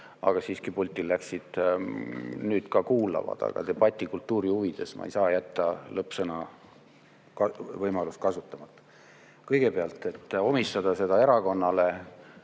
aga siiski pulti läksid, nüüd kuulavad. Aga debatikultuuri huvides ma ei saa jätta lõppsõna võimalust kasutamata. Kõigepealt, omistada seda erakonnale,